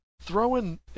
throwing